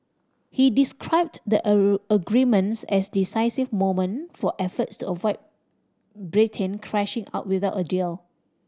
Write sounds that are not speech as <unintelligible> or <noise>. he described the <unintelligible> agreements as a decisive moment for efforts to avoid Britain crashing out without a deal